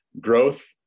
growth